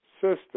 system